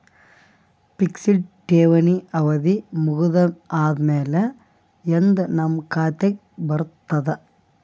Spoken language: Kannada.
ಫಿಕ್ಸೆಡ್ ಠೇವಣಿ ಅವಧಿ ಮುಗದ ಆದಮೇಲೆ ಎಂದ ನಮ್ಮ ಖಾತೆಗೆ ಬರತದ?